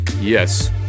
Yes